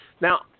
Now